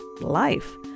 life